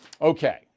Okay